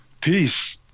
Peace